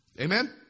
Amen